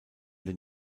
den